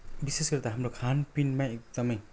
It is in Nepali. विशेष गरी त हाम्रो खानपिनमा एकदमै